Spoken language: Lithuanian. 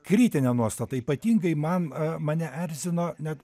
kritine nuostata ypatingai man mane erzino net